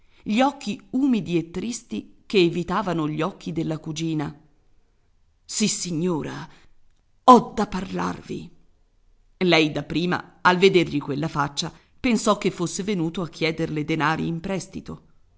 gli occhi umidi e tristi che evitavano gli occhi della cugina sissignora ho da parlarvi lei da prima al vedergli quella faccia pensò che fosse venuto a chiederle denari in prestito